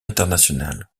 international